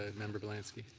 ah member bielanski.